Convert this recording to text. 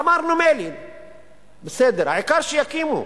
ואמרנו: מילא, בסדר, העיקר שיקימו,